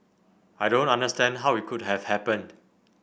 I don't understand how it could have happened